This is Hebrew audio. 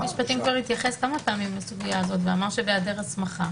משרד המשפטים התייחס כמה פעמים לסוגיה ואמר שבהיעדר הסמכה.